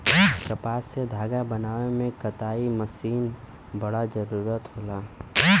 कपास से धागा बनावे में कताई मशीन बड़ा जरूरी होला